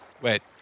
Wait